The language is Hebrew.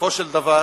בסופו של דבר